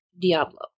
Diablo